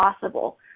possible